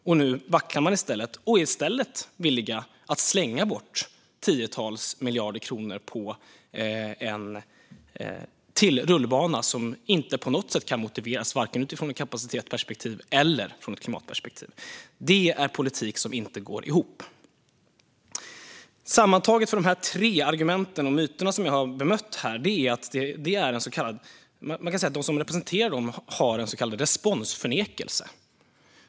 Men nu vacklar man och är i stället villig att slänga bort tiotals miljarder kronor på ännu en rullbana som inte på något sätt kan motiveras, varken ur ett kapacitetsperspektiv eller ett klimatperspektiv. Detta är politik som inte går ihop. Gemensamt för de tre argument och myter som jag har bemött är att de som framför dem har en så kallad responsförnekelse.